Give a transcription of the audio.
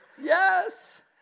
Yes